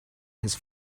his